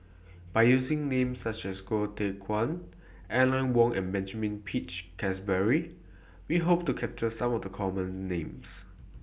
By using Names such as Goh Teck Phuan Aline Wong and Benjamin Peach Keasberry We Hope to capture Some of The Common Names